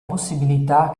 possibilità